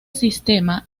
sistema